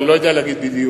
אני לא יודע להגיד בדיוק.